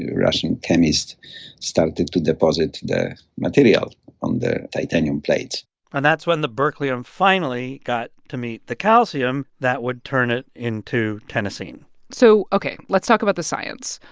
russian chemists started to deposit the material on the titanium plates and that's when the berkelium finally got to meet the calcium that would turn it into tennessine so, ok, let's talk about the science.